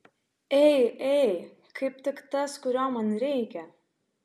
ei ei kaip tik tas kurio man reikia